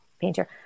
painter